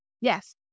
Yes